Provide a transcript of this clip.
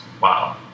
Wow